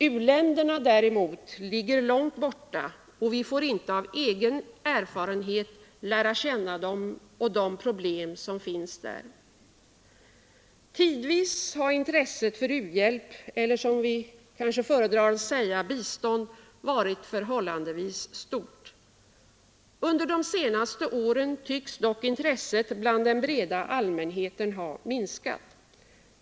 U länderna däremot ligger långt borta, och vi får inte av egen erfarenhet lära känna dem och de problem som finns där. Tidvis har intresset för u-hjälp — eller, som vi kanske föredrar att säga, bistånd — varit förhållandevis stort. Under de senaste åren tycks dock intresset hos den breda allmänheten ha minskat.